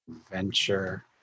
adventure